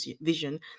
vision